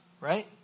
Right